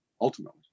ultimately